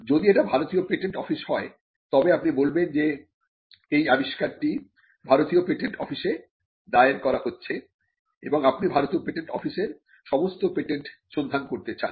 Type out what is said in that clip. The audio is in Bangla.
যদি এটি ভারতীয় পেটেন্ট অফিস হয় তবে আপনি বলবেন যে এই আবিষ্কারটি ভারতীয় পেটেন্ট অফিসে দায়ের করা হচ্ছে এবং আপনি ভারতের পেটেন্ট অফিসের সমস্ত পেটেন্ট সন্ধান করতে চান